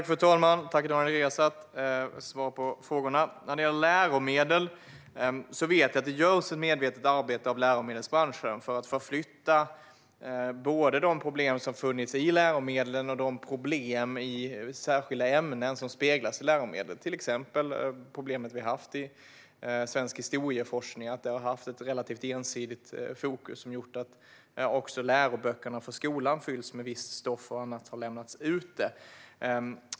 Fru talman! Tack för frågorna, Daniel Riazat! När det gäller läromedel vet jag att läromedelsbranschen arbetar medvetet för att förflytta både de problem som funnits i läromedlen och de problem i särskilda ämnen som speglas i läromedlen. Till exempel har det varit ett relativt ensidigt fokus i svensk historieforskning, vilket har lett till att också läroböckerna fyllts med visst stoff och att annat har utelämnats.